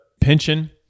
pension